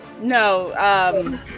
no